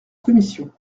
commission